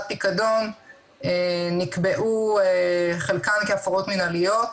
פיקדון נקבעו חלקן כהפרות מינהליות